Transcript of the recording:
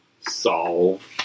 solve